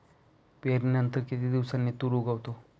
पेरणीनंतर किती दिवसांनी तूर उगवतो?